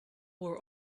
were